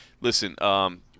listen –